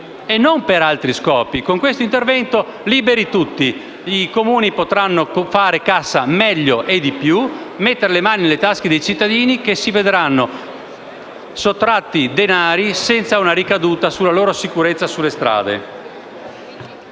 e non ad altri scopi. Con questo intervento sono liberi tutti: i Comuni potranno fare cassa meglio e di più e mettere le mani nelle tasche dei cittadini, che si vedranno sottratti denari, senza una ricaduta sulla loro sicurezza sulle strade.